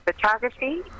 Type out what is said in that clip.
Photography